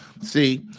See